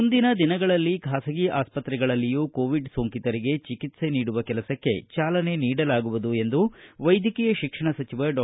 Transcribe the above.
ಮುಂದಿನ ದಿನಗಳಲ್ಲಿ ಖಾಸಗಿ ಆಸ್ಪತ್ರೆಗಳಲ್ಲಿಯೂ ಕೋವಿಡ್ ಸೋಂಕಿತರಿಗೆ ಚಿಕಿತ್ಸೆ ನೀಡುವ ಕೆಲಸಕ್ಕೆ ಚಾಲನೆ ನೀಡಲಾಗುವುದು ಎಂದು ವೈದ್ಯಕೀಯ ಶಿಕ್ಷಣ ಸಚಿವ ಡಾ